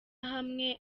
hamwe